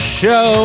show